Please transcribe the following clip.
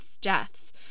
deaths